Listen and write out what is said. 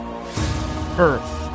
Earth